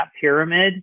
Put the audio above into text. pyramid